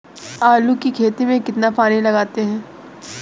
आलू की खेती में कितना पानी लगाते हैं?